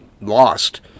lost